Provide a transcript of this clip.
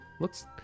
looks